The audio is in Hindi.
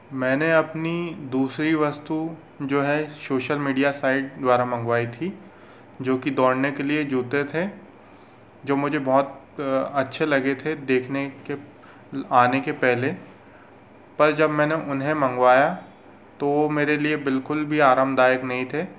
मैंने अपनी दूसरी वस्तु जो है सोशल मीडिया साइट द्वारा मंगवाई थी जोकि दौड़ने के लिये जूते थे जो मुझे बहुत अच्छे लगे थे देखने के आने के पहले पर जब मैंने उन्हें मंगवाया तो वो मेरे लिए बिल्कुल भी आरामदायक नहीं थे